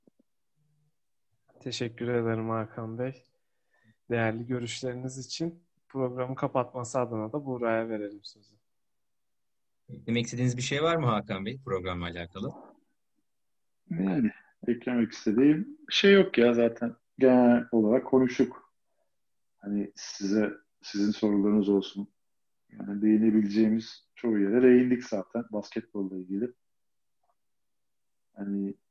Teşekkür ederim Hakan Bey. Değerli görüşleriniz için programı kapatması adına da Buğra'ya verelim sözü. Eklemek istediğiniz bir şey var mı Hakan Bey programla alakalı? Yani eklemek istediğim şey yok ya zaten. Genel olarak konuştuk. Hani size- sizin sorularınız olsun. Yani değinebileceğimiz çoğu yere değindik zaten basketbolla ilgili. Hani-